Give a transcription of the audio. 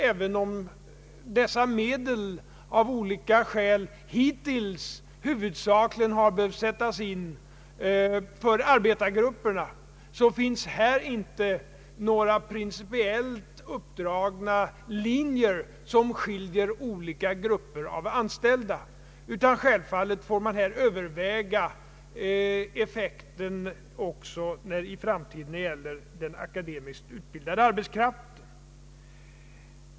Även om dessa medel av olika skäl hittills huvudsakligen har behövt sättas in för arbetsgrupperna, finns här inte några principiellt uppdragna linjer som skiljer olika grupper av anställda, utan självfallet får man överväga effekten också i framtiden när det gäller den akademiskt utbildade arbetskraften.